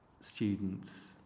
students